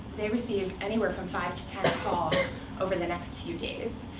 they receive anywhere from five to ten calls over the next few days.